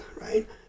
right